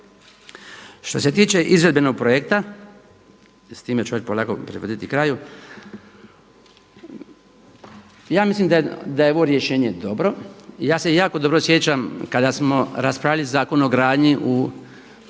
Što se tiče izvedbenog projekta s time ću polako privoditi kraju, ja mislim da je ovo rješenje dobro. Ja se jako dobro sjećam kada smo raspravljali Zakon o gradnji u 2014.